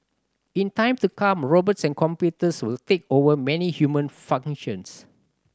in time to come robots and computers will take over many human functions